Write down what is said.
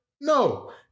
No